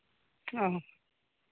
ᱚ